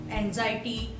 anxiety